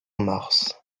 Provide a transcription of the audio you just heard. mars